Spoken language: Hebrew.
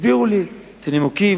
הסבירו לי את הנימוקים,